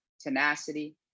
tenacity